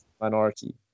minority